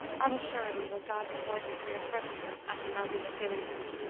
of a surety will god reward you for your services, athanasi vassilievitch!